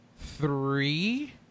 three